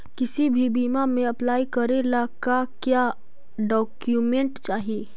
किसी भी बीमा में अप्लाई करे ला का क्या डॉक्यूमेंट चाही?